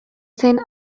zen